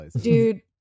dude